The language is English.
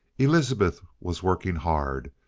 elizabeth was working hard,